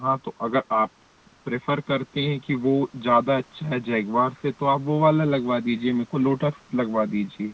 हाँ तो अगर आप प्रेफ़र करते हैं कि वो ज़्यादा अच्छा है जैग्वार से तो आप वो वाला लगवा दीजिए मेरे को लोटस लगवा दीजिए